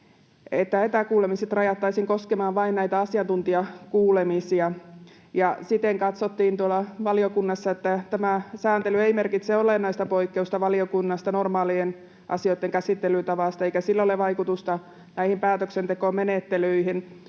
että etäkuulemiset rajattaisiin koskemaan vain näitä asiantuntijakuulemisia. Siten katsottiin valiokunnassa, että tämä sääntely ei merkitse olennaista poikkeusta normaaliin asioitten käsittelytapaan valiokunnassa eikä sillä ole vaikutusta näihin päätöksentekomenettelyihin.